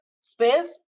space